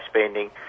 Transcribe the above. spending